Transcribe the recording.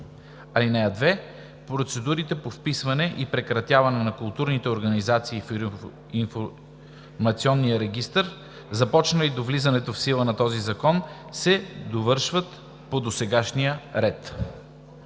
вписани. (2) Процедурите по вписване и прекратяване на културните организации в информационния регистър, започнали до влизането в сила на този закон, се довършват по досегашния ред.“